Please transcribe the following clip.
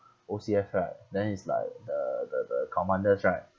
O_C_S right then it's like the the the commanders right